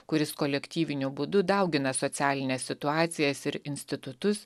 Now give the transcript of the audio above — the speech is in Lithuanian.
kuris kolektyviniu būdu daugina socialines situacijas ir institutus